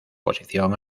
posición